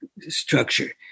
structure